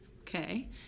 Okay